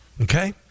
okay